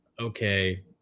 okay